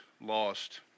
lost